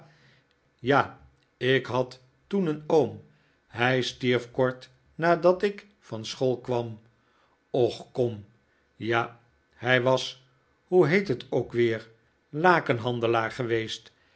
ja ik had toen een oorn hij stierf kort nadat ik van school kwam och kom ja hij was hoe heet het ook weer lakenhandelaar geweest